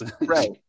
right